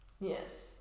Yes